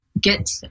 get